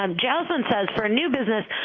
um johnson says, for a new business,